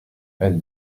elle